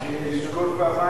אני מציע,